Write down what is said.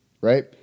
right